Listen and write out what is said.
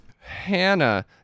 Hannah